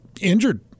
injured